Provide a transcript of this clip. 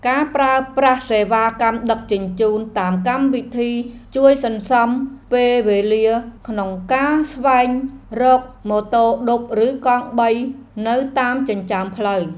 ការប្រើប្រាស់សេវាកម្មដឹកជញ្ជូនតាមកម្មវិធីជួយសន្សំពេលវេលាក្នុងការស្វែងរកម៉ូតូឌុបឬកង់បីនៅតាមចិញ្ចើមផ្លូវ។